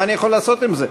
מה אני יכול לעשות עם זה?